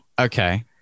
Okay